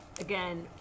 again